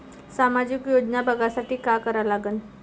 सामाजिक योजना बघासाठी का करा लागन?